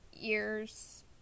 ears